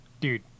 Dude